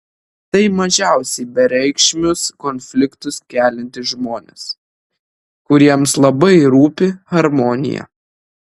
tai mažiausiai bereikšmius konfliktus keliantys žmonės kuriems labai rūpi harmonija